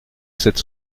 sept